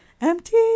Empty